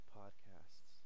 podcasts